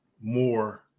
more